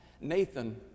Nathan